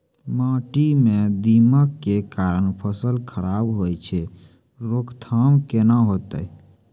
माटी म दीमक के कारण फसल खराब होय छै, रोकथाम केना होतै?